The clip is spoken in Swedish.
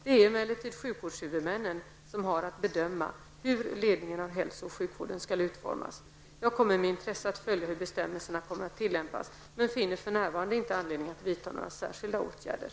Det är emellertid sjukvårdshuvudmännen som har att bedöma hur ledningen av hälso och sjukvården skall utformas. Jag kommer med intresse att följa hur bestämmelserna kommer att tillämpas, men finner för närvarande inte anledning att vidta några särskilda åtgärder.